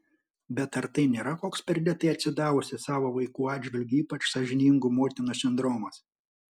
bet ar tai nėra koks perdėtai atsidavusių savo vaikų atžvilgiu ypač sąžiningų motinų sindromas